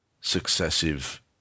successive